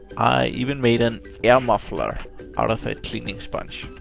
i even made an air muffler out of a cleaning sponge.